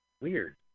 Weird